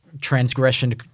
transgression